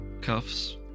cuffs